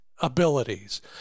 abilities